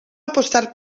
apostar